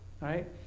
Right